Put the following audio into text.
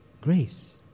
grace